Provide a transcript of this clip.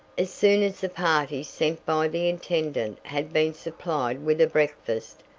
as soon as the party sent by the intendant had been supplied with a breakfast,